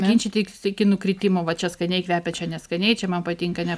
ginčytis iki nukritimo va čia skaniai kvepia čia neskaniai čia man patinka ne